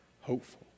hopeful